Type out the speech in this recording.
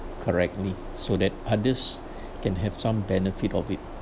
correctly so that others can have some benefit of it